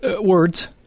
words